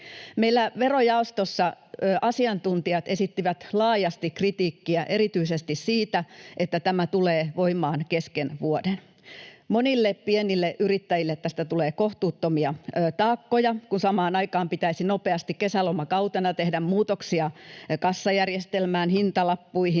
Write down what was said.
Meillä verojaostossa asiantuntijat esittivät laajasti kritiikkiä erityisesti siitä, että tämä tulee voimaan kesken vuoden. Monille pienille yrittäjille tästä tulee kohtuuttomia taakkoja, kun samaan aikaan pitäisi nopeasti kesälomakautena tehdä muutoksia kassajärjestelmään ja hintalappuihin.